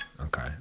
okay